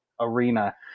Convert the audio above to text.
arena